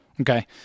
Okay